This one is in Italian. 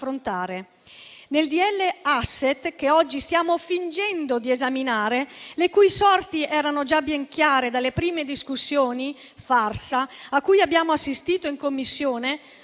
*asset*, che oggi stiamo fingendo di esaminare, le cui sorti erano già ben chiare dalle prime discussioni farsa cui abbiamo assistito in Commissione,